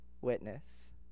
witness